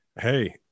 hey